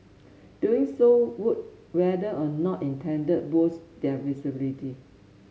doing so would whether or not intended boost their visibility